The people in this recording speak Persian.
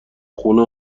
خونه